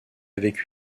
avec